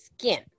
skin